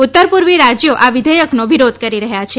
ઉત્તર પૂર્વી રાજ્યો આ વિધેયકનો વિરોધ કરી રહ્યા છે